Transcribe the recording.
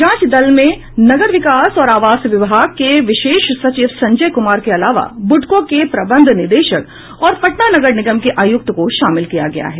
जांच दल में नगर विकास और आवास विभाग के विशेष सचिव संजय कुमार के अलावा ब्डको के प्रबंध निदेशक और पटना नगर निगम के आयुक्त को शामिल किया गया है